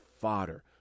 fodder